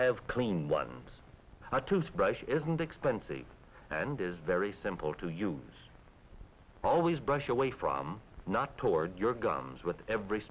have clean ones tooth brush isn't expensive and is very simple to use always brush away from not toward your gums with every